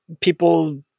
people